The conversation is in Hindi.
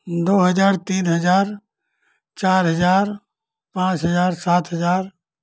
दो हजार तीन हजार चार हजार पाँच हजार सात हजार